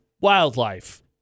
wildlife